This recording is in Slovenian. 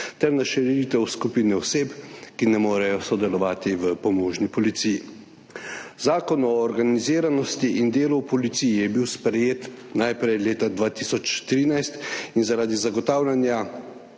ter na širitev skupine oseb, ki ne morejo sodelovati v pomožni policiji. Zakon o organiziranosti in delu v policiji je bil najprej sprejet leta 2013 in zaradi zagotavljanja